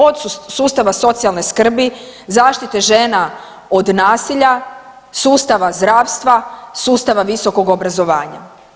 Od sustava socijalne skrbi, zaštite žena od nasilja, sustava zdravstva, sustava visokog obrazovanja.